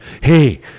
Hey